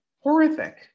Horrific